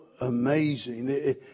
amazing